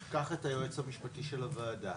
קח את היועץ המשפטי של הועדה,